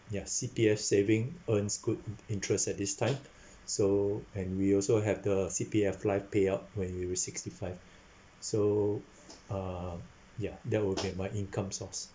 yeah C_P_F saving earns good in interest at this time so and we also have the C_P_F life payout when we reach sixty five so uh ya that would make my income source